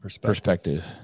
perspective